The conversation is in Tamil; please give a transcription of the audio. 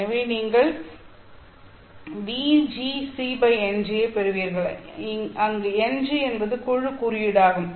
எனவே நீங்கள் vgcNg ஐப் பெறுவீர்கள் அங்கு Ng என்பது குழு குறியீடாகும்